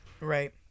Right